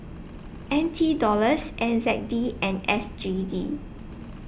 N T Dollars N Z D and S G D